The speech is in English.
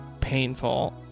painful